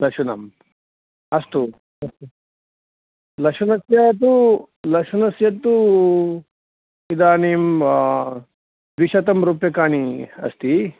लशुनम् अस्तु लशुनस्य तु लशुनस्य तु इदानीं द्विशतं रूप्यकाणि अस्ति